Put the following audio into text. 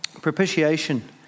Propitiation